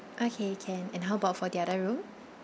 okay can and how about for the other room